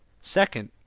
Second